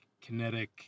kinetic